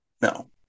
No